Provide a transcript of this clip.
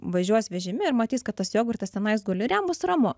važiuos vežime ir matys kad tas jogurtas tenais guli ir jam bus ramu